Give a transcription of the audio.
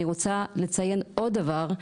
אני רוצה לציין עוד דבר,